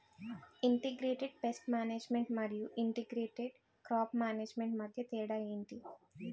integrated pest management మరియు integrated crop management మధ్య తేడా ఏంటి